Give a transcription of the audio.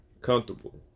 comfortable